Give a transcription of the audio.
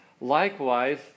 Likewise